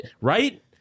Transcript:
Right